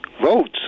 Votes